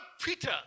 Peter